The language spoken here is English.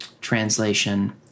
translation